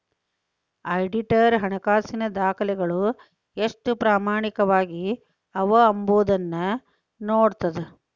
auditor ಹಣಕಾಸಿನ ದಾಖಲೆಗಳು ಎಷ್ಟು ಪ್ರಾಮಾಣಿಕವಾಗಿ ಅವ ಎಂಬೊದನ್ನ ನೋಡ್ತದ